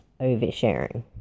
oversharing